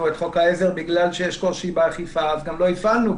את חוק העזר בגלל שיש קושי באכיפה אז גם לא הפעלנו.